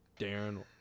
Darren